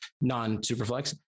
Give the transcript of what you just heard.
non-superflex